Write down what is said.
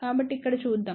కాబట్టి ఇక్కడ చూద్దాం